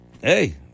hey